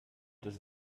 das